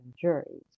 juries